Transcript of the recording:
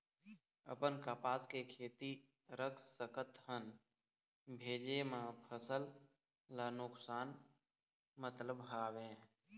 अपन कपास के खेती रख सकत हन भेजे मा फसल ला नुकसान मतलब हावे?